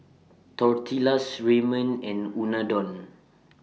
Tortillas Ramen and Unadon